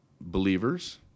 believers